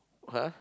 !huh!